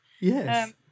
Yes